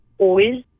oil